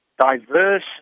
diverse